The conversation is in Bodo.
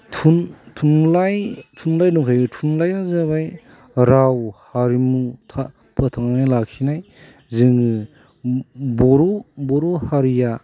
थुनलाइ थुनलाइ दंखायो थुनलाइआ जाबाय राव हारिमु फोथांनानै लाखिनाय जोङो बर' बर' हारिया